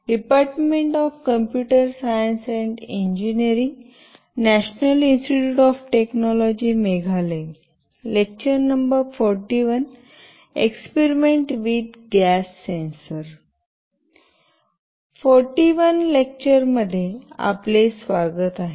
41 व्या लेक्चरमध्ये आपले स्वागत आहे